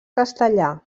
castellà